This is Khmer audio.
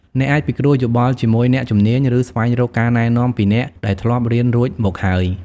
អ្នកអាចពិគ្រោះយោបល់ជាមួយអ្នកជំនាញ ឬស្វែងរកការណែនាំពីអ្នកដែលធ្លាប់រៀនរួចមកហើយ។